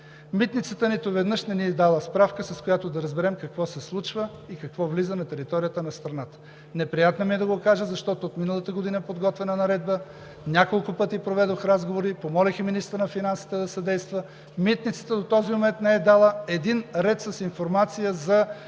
Митницата нито веднъж не ни е дала справка, с която да разберем какво се случва и какво влиза на територията на страната. Неприятно ми е да го кажа, защото от миналата година е подготвена наредба, няколко пъти проведох разговори, помолих и министъра на финансите да съдейства. Митницата до този момент не е дала един ред с информация за